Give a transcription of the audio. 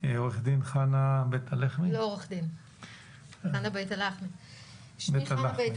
חנה בית הלחמי, בבקשה.